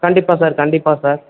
கண்டிப்பாக சார் கண்டிப்பாக சார்